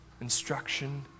instruction